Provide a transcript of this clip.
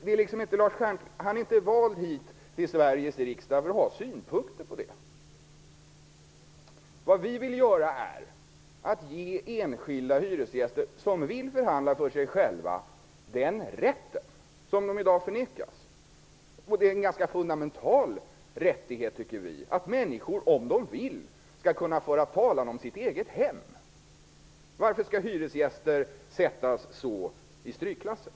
Men Lars Stjernkvist är inte vald till Sveriges riksdag för att ha synpunkter på det. Vi vill ge enskilda hyresgäster som vill förhandla för sig själva den rätten som de i dag förnekas. Vi tycker att det är en ganska fundamental rättighet. De människor som vill skall kunna föra talan om sitt eget hem. Varför skall hyresgäster sättas i strykklassen?